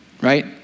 Right